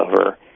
over